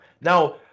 Now